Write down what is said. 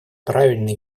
правильный